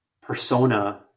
persona